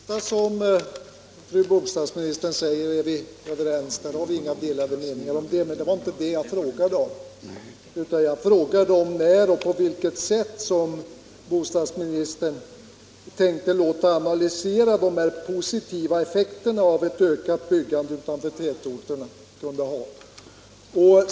Herr talman! Det senaste som fru bostadsministern sade är vi överens om; där har vi inga delade meningar. Men det var inte det jag frågade om, utan jag undrade när och på vilket sätt bostadsministern tänkte låta analysera de här positiva effekterna av ett ökat byggande utanför tätorterna.